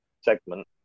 segment